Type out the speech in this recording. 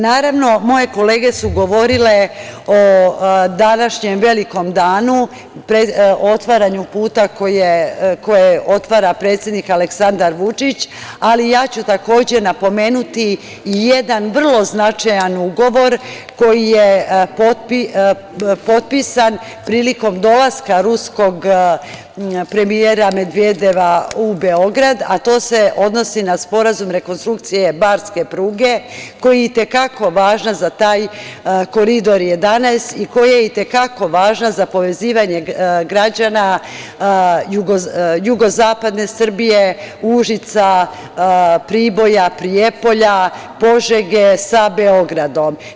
Naravno, moje kolege su govorile o današnjem velikom danu, otvaranju puta koji otvara predsednik Aleksandar Vučić, ali ja ću takođe napomenuti i jedan vrlo značajan ugovor koji je potpisan prilikom dolaska ruskog premijera Medvedeva u Beograd, a to se odnosi na Sporazum rekonstrukcije barske pruge, koji je i te kako važan za taj Koridor 11 i koji je i te kako važan za povezivanje građana jugozapadne Srbije, Užica, Priboja, Prijepolja, Požege sa Beogradom.